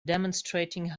demonstrating